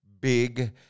big